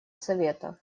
совета